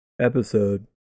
episode